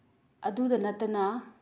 ꯑꯗꯨꯗ ꯅꯠꯇꯅ